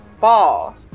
ball